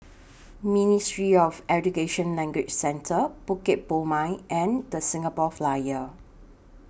Ministry of Education Language Centre Bukit Purmei and The Singapore Flyer